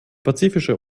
pazifische